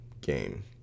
game